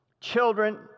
Children